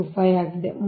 25 ಆಗಿದೆ